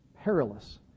perilous